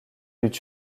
eût